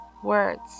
words